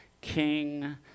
king